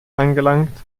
angelangt